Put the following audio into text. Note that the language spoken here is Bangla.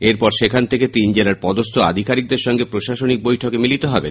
এরপর সেখানে তিন জেলার পদস্হ আধিকারিকদের সঙ্গে প্রশাসনিক বৈঠকে মিলিত হবেন